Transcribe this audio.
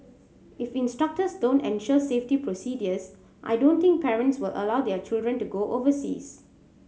if instructors don't ensure safety procedures I don't think parents will allow their children to go overseas